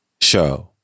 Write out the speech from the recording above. Show